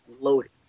loaded